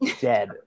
dead